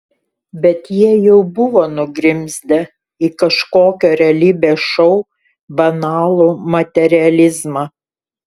bet jie jau buvo nugrimzdę į kažkokio realybės šou banalų materializmą